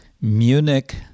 Munich